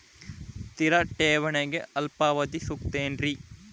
ಸ್ಥಿರ ಠೇವಣಿಗೆ ಅಲ್ಪಾವಧಿ ಸೂಕ್ತ ಏನ್ರಿ?